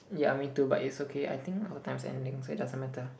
yeah me too but it's okay I think our time's ending so it doesn't matter